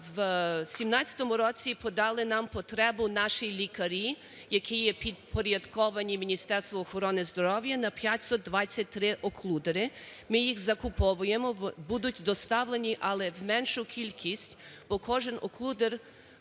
В 2017 році подали нам потребу наші лікарі, які є підпорядковані Міністерству охорони здоров'я, на 523оклюдери. Ми їх закуповуємо, будуть доставлені, але в меншій кількості, бо кожен оклюдер